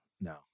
No